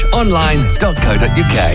online.co.uk